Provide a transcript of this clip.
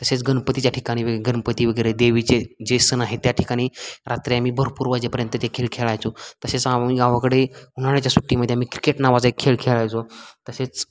तसेच गणपतीच्या ठिकाणी वेग गणपती वगैरे देवीचे जे सण आहे त्या ठिकाणी रात्री आम्ही भरपूर वाजेपर्यंत ते खेळ खेळायचो तसेच आम्ही गावाकडे उन्हाळ्याच्या सुट्टीमध्ये आम्ही क्रिकेट नावाचा एक खेळ खेळायचो तसेच